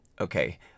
Okay